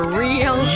real